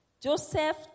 Joseph